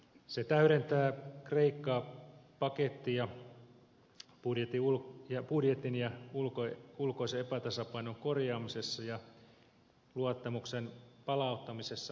se täydentää kreikka pakettia budjetin ulkoisen epätasapainon korjaamisessa ja luottamuksen palauttamisessa